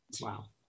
Wow